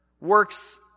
Works